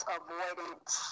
avoidance